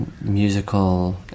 musical